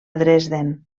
dresden